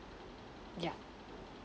ya